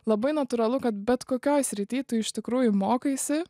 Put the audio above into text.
labai natūralu kad bet kokioj srity tu iš tikrųjų mokaisi